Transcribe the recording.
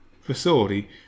facility